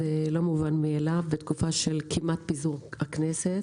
זה לא מובן מאליו בתקופה של כמעט פיזור הכנסת,